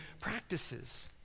practices